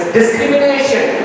discrimination